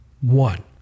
One